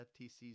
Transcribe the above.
FTC's